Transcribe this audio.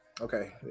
Okay